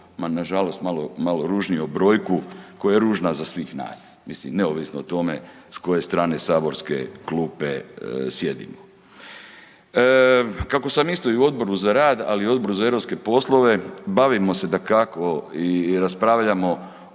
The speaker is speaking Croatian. malo, malo ružniju brojku koja je ružna za svih nas, mislim neovisno o tome s koje strane saborske klupe sjedimo. Kako sam isto i u Odboru za rad, ali i u Odboru za europske poslove bavimo se dakako i raspravljamo